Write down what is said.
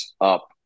up